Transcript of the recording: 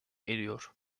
eriyor